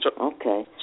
okay